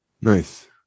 Nice